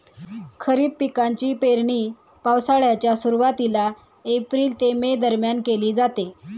खरीप पिकांची पेरणी पावसाळ्याच्या सुरुवातीला एप्रिल ते मे दरम्यान केली जाते